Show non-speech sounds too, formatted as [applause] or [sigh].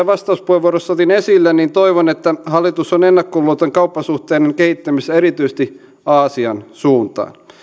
[unintelligible] vastauspuheenvuorossa otin esille toivon että hallitus on ennakkoluuloton kauppasuhteiden kehittämisessä erityisesti aasian suuntaan